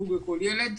חוג לכל ילד.